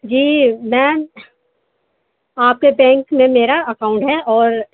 جی ma'am آپ کے bank میں میرا اکاؤنٹ ہے اور